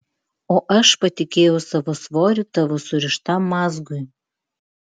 o aš patikėjau savo svorį tavo surištam mazgui